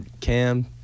Cam